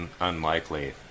unlikely